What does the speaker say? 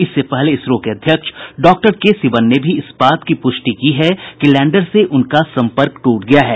इससे पहले इसरो के अध्यक्ष डॉक्टर के सिवन ने भी इस बात की पुष्टि की है कि लैंडर से उनका सम्पर्क टूट गया है